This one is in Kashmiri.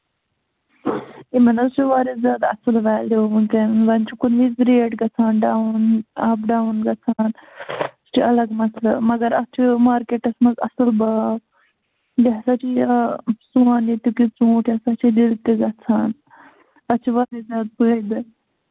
یِمَن حظ چھُ واریاہ زیادٕ اَصٕل ویلیوٗ وٕنکٮ۪ن وۄنۍ چھُ کُنہِ وِزِ ریٹ گَژھان ڈاوُن اَپ ڈاوُن گژھان سُہ چھُ الگ مَسلہٕ مگر اَتھ چھُ مارکیٹَس منٛز اَصٕل باو بیٚیہِ ہَسا چھُ یہِ سون ییٚتیُک یہِ ژوٗنٛٹھۍ یہِ ہَسا چھِ دِلہِ تہِ گَژھان اَتھ چھِ واریاہ زیادٕ فٲیدٕ